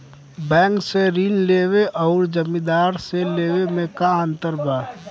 Bank से ऋण लेवे अउर जमींदार से लेवे मे का अंतर बा?